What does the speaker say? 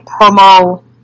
promo